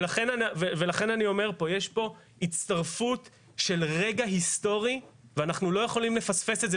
יש פה הצטרפות של רגע היסטורי ואנחנו לא יכולים לפספס את זה